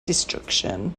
destruction